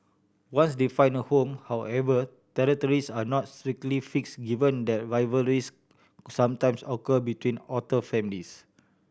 once they find a home however territories are not strictly fix given that rivalries sometimes occur between otter families